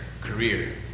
career